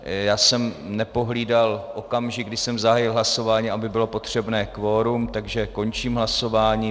Já jsem nepohlídal okamžik, kdy jsem zahájil hlasování, aby bylo potřebné kvorum, takže končím hlasování.